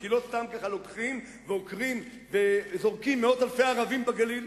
כי לא סתם ככה לוקחים ועוקרים וזורקים מאות אלפי ערבים בגליל.